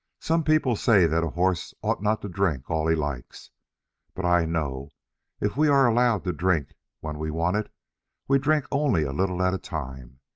some people say that a horse ought not to drink all he likes but i know if we are allowed to drink when we want it we drink only a little at a time,